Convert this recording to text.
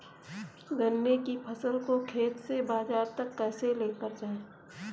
गन्ने की फसल को खेत से बाजार तक कैसे लेकर जाएँ?